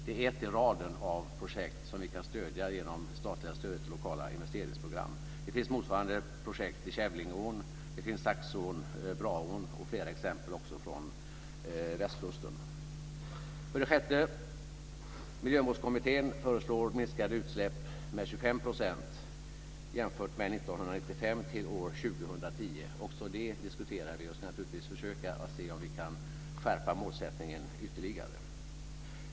Det är ett i raden av projekt som vi kan stödja genom det statliga stödet till lokala investeringsprogram. Det finns motsvarande projekt i Kävlingeån, Saxån och Braån. Det finns flera exempel också från västkusten. För det sjätte föreslår Miljömålskommittén att utsläppen ska minska med 25 % jämfört med 1995 till år 2010. Också det diskuterar vi, och vi ska naturligtvis försöka se om vi kan skärpa målsättningen ytterligare.